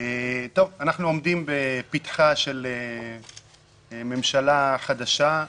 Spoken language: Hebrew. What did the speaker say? אנחנו עומדים בפתחה של ממשלה חדשה,